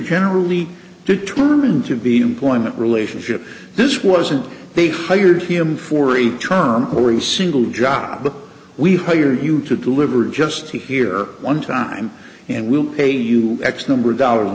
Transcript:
generally determined to be employment relationship this wasn't they hired him for a term or a single job we hire you to deliver just here one time and we'll pay you x number of dollars a